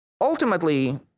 Ultimately